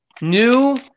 new